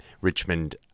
Richmond